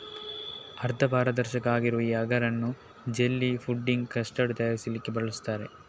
ಅರ್ಧ ಪಾರದರ್ಶಕ ಆಗಿರುವ ಈ ಅಗರ್ ಅನ್ನು ಜೆಲ್ಲಿ, ಫುಡ್ಡಿಂಗ್, ಕಸ್ಟರ್ಡ್ ತಯಾರಿಸ್ಲಿಕ್ಕೆ ಬಳಸ್ತಾರೆ